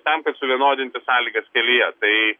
tam kad suvienodinti sąlygas kelyje tai